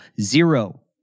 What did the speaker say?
zero